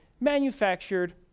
manufactured